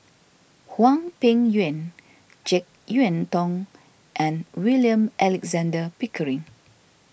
Hwang Peng Yuan Jek Yeun Thong and William Alexander Pickering